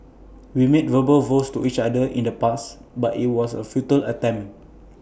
we made verbal vows to each other in the past but IT was A futile attempt